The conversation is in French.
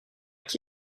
qui